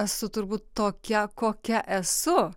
esu turbūt tokia kokia esu